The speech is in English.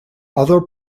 other